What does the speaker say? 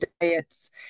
diets